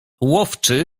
łowczy